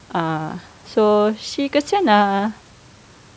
ah so she kesian ah